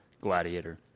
gladiator